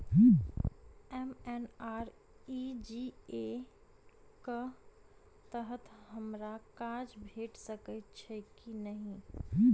MNREGA कऽ तहत हमरा काज भेट सकय छई की नहि?